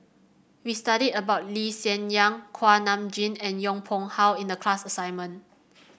we studied about Lee Hsien Yang Kuak Nam Jin and Yong Pung How in the class assignment